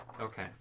Okay